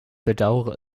bedaure